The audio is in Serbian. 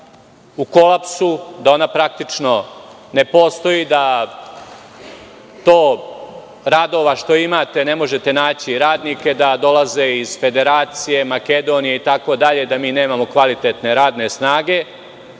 u kolapsu, da ona praktično ne postoji. Za to radova što imate ne možete naći radnike, da dolaze iz Federacije, Makedonije, da nemamo kvalitetne radne snage